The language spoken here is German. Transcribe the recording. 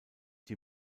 die